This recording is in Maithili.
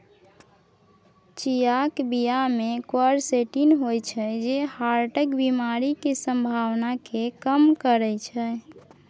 चियाक बीया मे क्वरसेटीन होइ छै जे हार्टक बेमारी केर संभाबना केँ कम करय छै